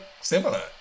similar